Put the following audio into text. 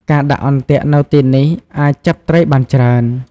ការដាក់អន្ទាក់នៅទីនេះអាចចាប់ត្រីបានច្រើន។